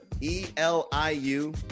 e-l-i-u